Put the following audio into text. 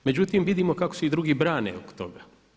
Međutim, vidimo kako se i drugi brane oko toga.